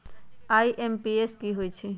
IMPS की होईछइ?